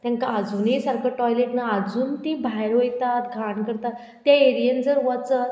तेंकां आजुनूय सारको टॉयलेट ना आजून ती भायर वयतात घाण करतात त्या एरियेन जर वचत